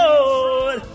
Lord